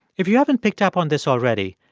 if you haven't picked up on this already,